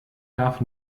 darf